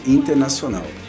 internacional